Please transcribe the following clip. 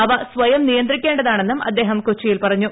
അവ സ്വയം നിയന്ത്രിക്കേണ്ടതാണെന്നും അദ്ദേഹം കൊച്ചിയിൽ പറഞ്ഞു